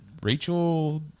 Rachel